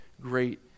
great